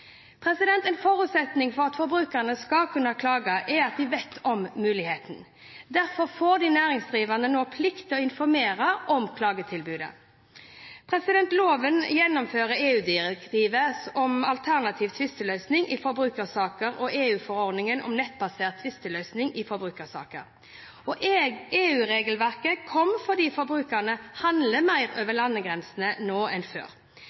En forutsetning for at forbrukerne skal kunne klage, er at de vet om muligheten. Derfor får de næringsdrivende nå plikt til å informere om klagetilbudet. Loven gjennomfører EU-direktivet om alternativ tvisteløsning i forbrukersaker og EU-forordningen om nettbasert tvisteløsning i forbrukersaker, og EU-regelverket kom fordi forbrukerne handler mer over landegrensene nå enn før.